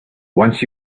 once